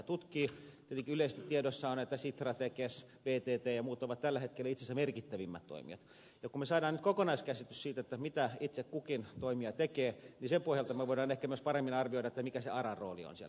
tietenkin yleisesti tiedossa on että sitra tekes vtt ja muut ovat tällä hetkellä itse asiassa merkittävimmät toimijat ja kun me nyt saamme kokonaiskäsityksen siitä mitä itse kukin toimija tekee niin sen pohjalta me voimme ehkä myös paremmin arvioida mikä aran rooli on siellä